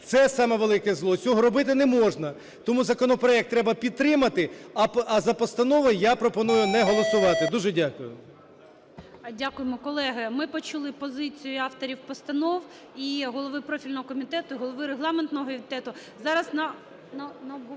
Це саме велике зло, цього робити не можна. Тому законопроект треба підтримати, а за постанови я пропоную не голосувати. Дуже дякую. ГОЛОВУЮЧИЙ. Дякуємо. Колеги, ми почули позицію авторів постанов і голови профільного комітету, голови регламентного комітету.